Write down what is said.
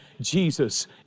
Jesus